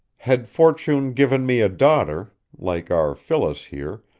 had fortune given me a daughter, like our phyllis here,